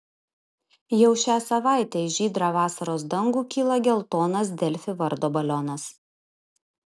jau šią savaitę į žydrą vasaros dangų kyla geltonas delfi vardo balionas